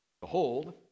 behold